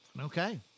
Okay